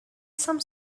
some